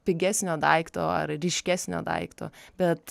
pigesnio daikto ar ryškesnio daikto bet